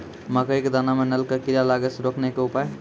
मकई के दाना मां नल का कीड़ा लागे से रोकने के उपाय?